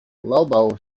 lobo